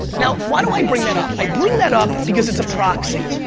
now why do i bring that up? i bring that up because it's a proxy.